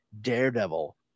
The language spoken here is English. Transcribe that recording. Daredevil